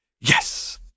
Yes